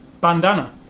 bandana